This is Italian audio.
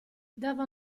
dava